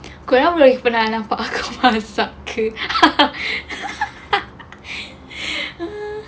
like pernah nampak aku masak ke